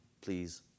please